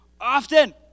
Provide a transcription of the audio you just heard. often